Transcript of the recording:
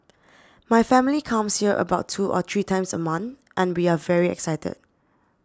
my family comes here about two or three times a month and we are very excited